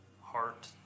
heart